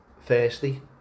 firstly